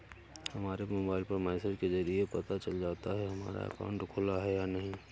हमारे मोबाइल पर मैसेज के जरिये पता चल जाता है हमारा अकाउंट खुला है या नहीं